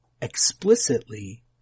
explicitly